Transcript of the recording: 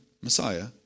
Messiah